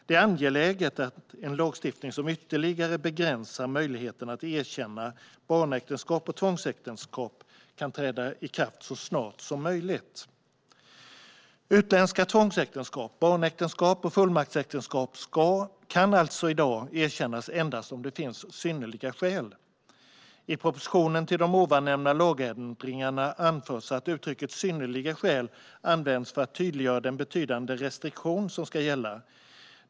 Det är angeläget att en lagstiftning som ytterligare begränsar möjligheten att erkänna barnäktenskap och tvångsäktenskap kan träda i kraft så snart som möjligt. Utländska tvångsäktenskap, barnäktenskap och fullmaktsäktenskap kan alltså i dag erkännas endast om det finns synnerliga skäl. I propositionen till de ovannämnda lagändringarna anförs att uttrycket "synnerliga skäl" används för att tydliggöra den betydande restriktion som ska gälla.